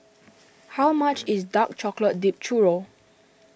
how much is Dark Chocolate Dipped Churro